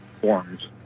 forms